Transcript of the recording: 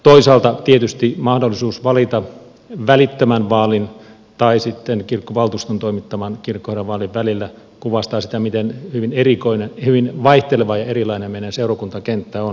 toisaalta tietysti mahdollisuus valita välittömän vaalin tai kirkkovaltuuston toimittaman kirkkoherranvaalin välillä kuvastaa sitä miten hyvin vaihteleva ja erilainen meidän seurakuntakenttämme on